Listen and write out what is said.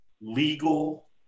legal